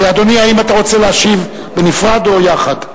אדוני, האם אתה רוצה להשיב בנפרד או יחד?